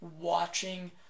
watching